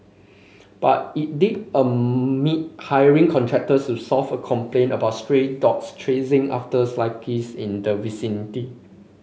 but it did admit hiring contractors to solve a complaint about stray dogs chasing after cyclist in the vicinity